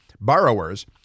borrowers